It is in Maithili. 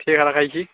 ठीक है रखे छी